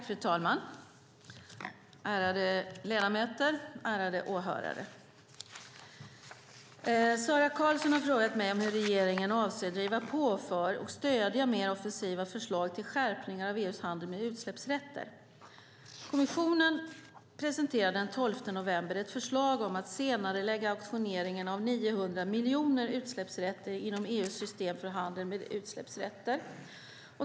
Fru talman, ärade ledamöter och åhörare! Sara Karlsson har frågat mig om hur regeringen avser att driva på för och stödja mer offensiva förslag till skärpningar av EU:s handel med utsläppsrätter. Kommissionen presenterade den 12 november ett förslag om att senarelägga auktioneringen av 900 miljoner utsläppsrätter inom EU:s system för handel med utsläppsrätter.